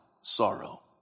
sorrow